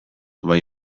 bai